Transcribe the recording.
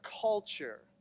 culture